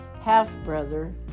half-brother